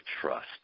trust